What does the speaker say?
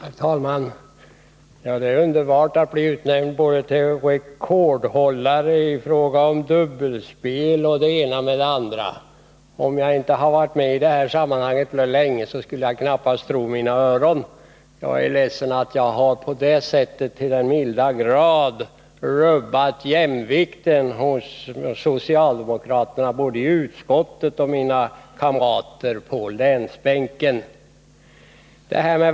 Herr talman! Det är underbart att bli utnämnd till rekordhållare i dubbelspel och det ena med det andra. Om jag inte hade varit med i det här sammanhanget så länge, skulle jag knappast tro mina öron. Jag är ledsen att jag på det sättet till den milda grad har rubbat jämvikten hos socialdemokraterna både i utskottet och bland mina kamrater på länsbänken.